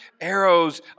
arrows